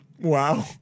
wow